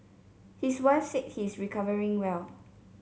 his wife said he is recovering well